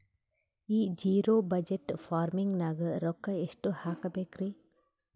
ಈ zero budget farming ನಾಗ್ ರೊಕ್ಕ ಎಷ್ಟು ಹಾಕಬೇಕರಿ?